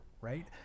right